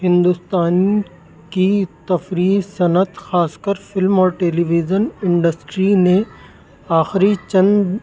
ہندوستان کی تفریح صنعت خاص کر فلم اور ٹیلی ویژن انڈسٹری نے آخری چند